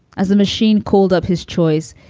as a machine called up his choice.